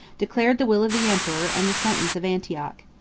declared the will of the emperor, and the sentence of antioch.